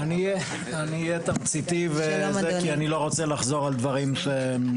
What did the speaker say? אני אהיה תמציתי כי אני לא רוצה לחזור על דברים שנאמרו.